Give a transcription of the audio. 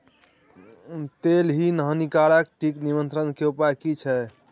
तिल के हानिकारक कीट नियंत्रण के उपाय की छिये?